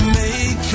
make